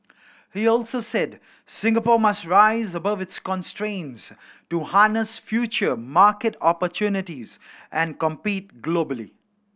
he also said Singapore must rise above its constraints to harness future market opportunities and compete globally